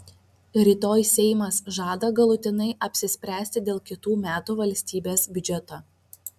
rytoj seimas žada galutinai apsispręsti dėl kitų metų valstybės biudžeto